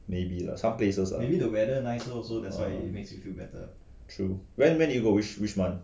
maybe lah some places ah err true when when did you go which which month